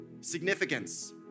significance